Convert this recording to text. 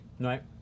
Right